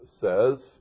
says